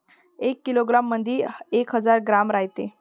एका किलोग्रॅम मंधी एक हजार ग्रॅम रायते